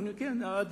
אתה יודע,